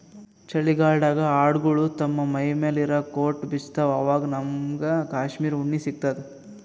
ಚಳಿಗಾಲ್ಡಾಗ್ ಆಡ್ಗೊಳು ತಮ್ಮ್ ಮೈಮ್ಯಾಲ್ ಇರಾ ಕೋಟ್ ಬಿಚ್ಚತ್ತ್ವಆವಾಗ್ ನಮ್ಮಗ್ ಕಾಶ್ಮೀರ್ ಉಣ್ಣಿ ಸಿಗ್ತದ